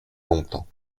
longtemps